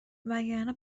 وگرنه